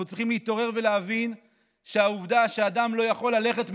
אנחנו צריכים להתעורר ולהבין שהעובדה שאדם לא יכול ללכת,